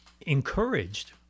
encouraged